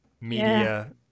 media